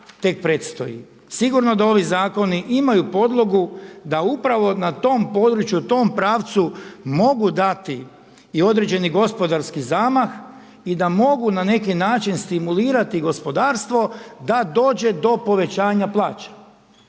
Sigurno da ovi zakoni imaju podlogu da upravo na tom području, tom pravcu mogu dati i određeni gospodarski zamah i da mogu na neki način stimulirati gospodarstvo da dođe do povećanja plaća